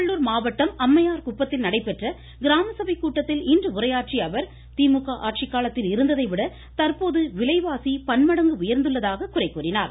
திருவள்ளுர் மாவட்டம் அம்மையார்குப்பத்தில் நடைபெற்ற கிராமசபைக் கூட்டத்தில் இன்று உரையாற்றிய அவர் திமுக ஆட்சிக்காலத்தில் இருந்ததை விட தந்போது விலைவாசி பன்மடங்கு உயர்ந்துள்ளதாக குறை கூறினார்